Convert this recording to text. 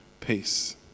peace